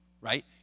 right